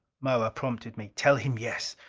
moa prompted me. tell him yes!